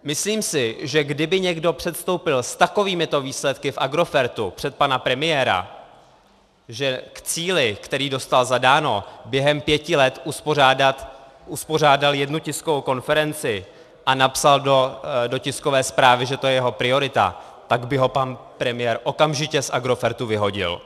Myslím si, že kdyby někdo předstoupil s takovýmito výsledky v Agrofertu před pana premiéra, že k cíli, který dostal zadán, během pěti let uspořádal jednu tiskovou konferenci a napsal do tiskové zprávy, že to je jeho priorita, tak by ho pan premiér okamžitě z Agrofertu vyhodil.